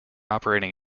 operating